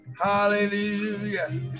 hallelujah